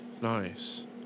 Nice